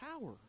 power